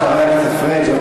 חבר הכנסת פריג',